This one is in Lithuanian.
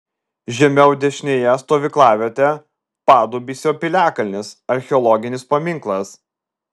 žemiau dešinėje stovyklavietė padubysio piliakalnis archeologinis paminklas